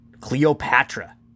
Cleopatra